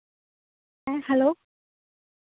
ᱦᱮᱸ ᱦᱮᱞᱳ